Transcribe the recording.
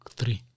three